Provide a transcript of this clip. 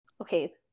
Okay